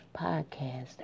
podcast